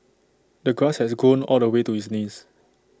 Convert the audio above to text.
the grass had grown all the way to his knees